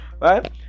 right